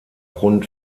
rund